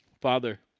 Father